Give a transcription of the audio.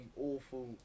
awful